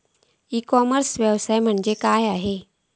E commerce व्यवसाय म्हणजे काय असा?